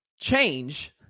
change